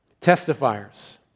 testifiers